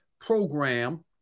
program